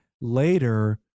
later